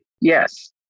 yes